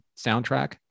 soundtrack